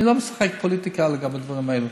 אני לא משחק פוליטיקה לגבי הדברים האלה,